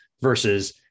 versus